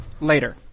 later